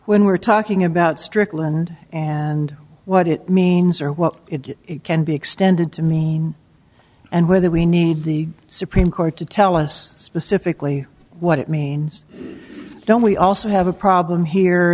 when we're talking about strickland and what it means or what it can be extended to me and whether we need the supreme court to tell us specifically what it means don't we also have a problem here